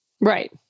Right